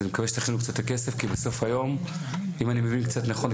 אז אני מקווה שתכינו קצת את הכסף כי בסוף היום אם אני מבין קצת נכון,